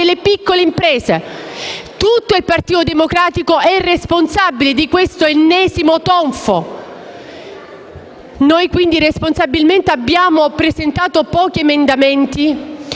Tutto il Partito Democratico è responsabile di questo ennesimo tonfo. Noi abbiamo quindi responsabilmente presentato pochi emendamenti